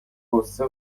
غصه